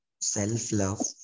self-love